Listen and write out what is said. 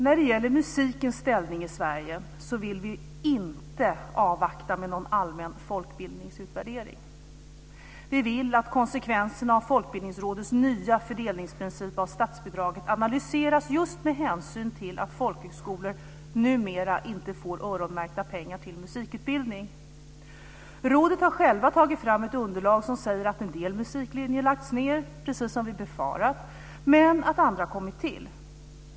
När det gäller musikens ställning i Sverige vill vi inte avvakta med någon allmän folkbildningsutvärdering. Vi vill att konsekvenserna av Folkbildningsrådets nya fördelningsprincip av statsbidraget analyseras med hänsyn till att folkhögskolor numera inte får öronmärkta pengar till musikutbildning. Rådet har självt tagit fram ett underlag som säger att en del musiklinjer har lagts ned, precis som vi befarade, men att andra har kommit till.